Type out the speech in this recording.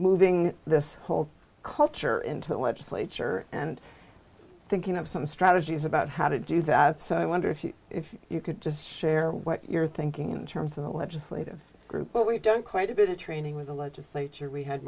moving this whole culture into the legislature and thinking of some strategies about how to do that so i wonder if you if you could just share what you're thinking in terms of the legislative group but we don't quite a bit of training with the legislature we had